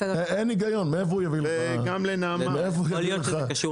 יכול להיות שזה קשור